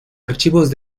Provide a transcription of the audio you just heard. archivos